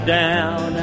down